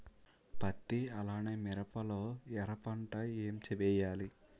పత్తి అలానే మిరప లో ఎర పంట ఏం వేయాలి?